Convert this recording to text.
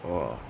!wah!